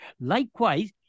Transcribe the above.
Likewise